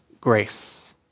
grace